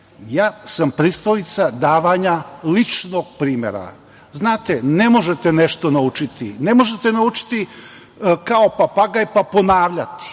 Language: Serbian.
Ja sam pristalica davanja ličnog primera. Znate, ne možete nešto naučiti, ne možete naučiti kao papagaj pa ponavljati.